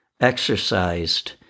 exercised